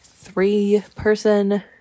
three-person